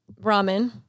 Ramen